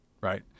right